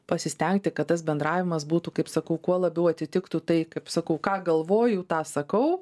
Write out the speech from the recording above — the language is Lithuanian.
pasistengti kad tas bendravimas būtų kaip sakau kuo labiau atitiktų tai kaip sakau ką galvoju tą sakau